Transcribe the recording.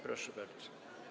Proszę bardzo.